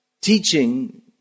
teaching